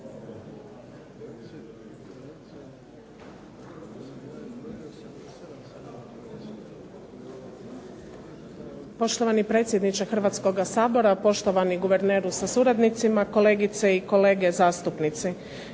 Poštovani predsjedniče Hrvatskoga sabora, poštovani guverneru sa suradnicima, kolegice i kolege zastupnici.